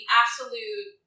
absolute